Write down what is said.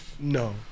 no